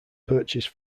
purchased